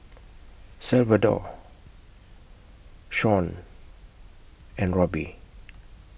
Salvador Shon and Robbie